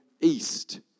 east